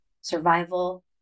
survival